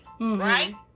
Right